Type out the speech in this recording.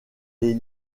les